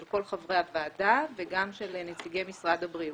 כל חברי הוועדה וגם של נציגי משרד הבריאות.